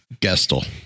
Gestel